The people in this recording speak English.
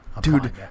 dude